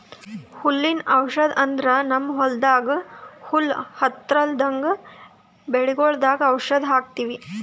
ಹುಲ್ಲಿನ್ ಔಷಧ್ ಅಂದ್ರ ನಮ್ಮ್ ಹೊಲ್ದಾಗ ಹುಲ್ಲ್ ಹತ್ತಲ್ರದಂಗ್ ಬೆಳಿಗೊಳ್ದಾಗ್ ಔಷಧ್ ಹಾಕ್ತಿವಿ